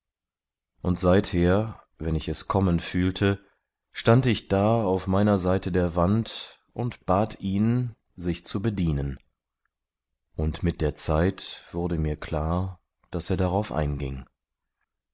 und seither wenn ich es kommen fühlte stand ich da auf meiner seite der wand und bat ihn sich zu bedienen und mit der zeit wurde mir klar daß er darauf einging